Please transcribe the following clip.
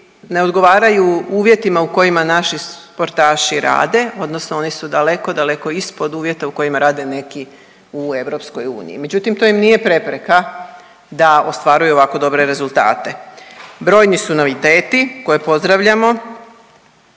ne odgovaraju uvjetima u kojima naši sportaši rade odnosno oni su daleko, daleko ispod uvjeta u kojima rade neki u EU, međutim to im nije prepreka da ostvaruju ovako dobre rezultate. Brojni su noviteti koje pozdravljamo,